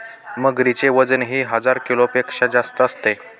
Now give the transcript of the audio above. मगरीचे वजनही हजार किलोपेक्षा जास्त असते